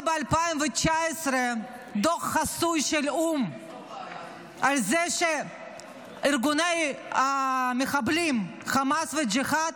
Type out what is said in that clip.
ב-2019 היה דוח חסוי של האו"ם על זה שארגוני המחבלים חמאס וג'יהאד